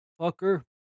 fucker